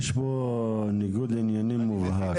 יש חשיבות למה שנאמר פה,